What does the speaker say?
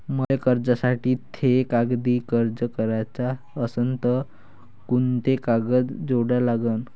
मले कर्जासाठी थे कागदी अर्ज कराचा असन तर कुंते कागद जोडा लागन?